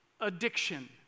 addiction